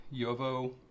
Yovo